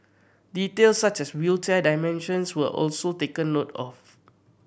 details such as wheelchair dimensions were also taken note of